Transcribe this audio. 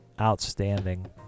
outstanding